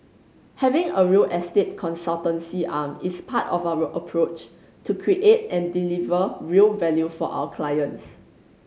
having a real estate consultancy arm is part of our approach to create and deliver real value for our clients